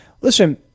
Listen